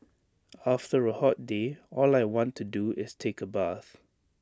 after A hot day all I want to do is take A bath